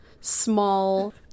small